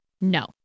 No